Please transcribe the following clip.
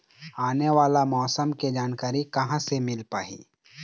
आने वाला मौसम के जानकारी कहां से मिल पाही?